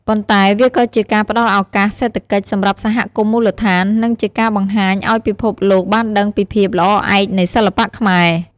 ប៉ុន្តែវាក៏ជាការផ្ដល់ឱកាសសេដ្ឋកិច្ចសម្រាប់សហគមន៍មូលដ្ឋាន និងជាការបង្ហាញឲ្យពិភពលោកបានដឹងពីភាពល្អឯកនៃសិល្បៈខ្មែរ។